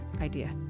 idea